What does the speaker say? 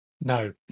No